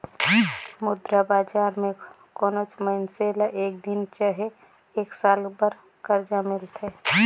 मुद्रा बजार में कोनोच मइनसे ल एक दिन चहे एक साल बर करजा मिलथे